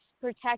protect